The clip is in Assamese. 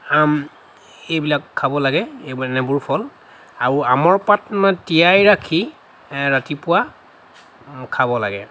আম এইবিলাক খাব লাগে এই মানে এনেবোৰ ফল আৰু আমৰ পাত মানে তিয়াই ৰাখি ৰাতিপুৱা খাব লাগে